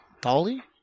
Dolly